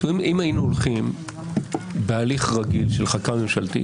אם היינו הולכים בהליך רגיל של חקיקה ממשלתית,